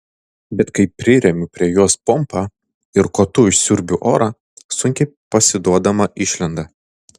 bet kai priremiu prie jos pompą ir kotu išsiurbiu orą sunkiai pasiduodama išlenda